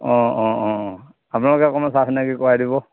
আপোনালোকে অকণমান চা চিনাকি কৰাই দিব